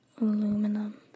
aluminum